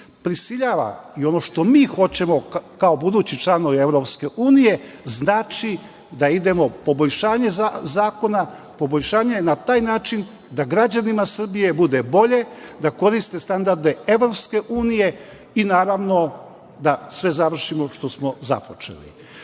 prisiljava i ono što mi hoćemo kao budući članovi EU znači da idemo na poboljšanje zakona. Poboljšanje je na taj način da građanima Srbije bude bolje, da koriste standarde EU i naravno da sve završimo što smo započeli.I